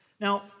Now